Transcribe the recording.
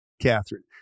Catherine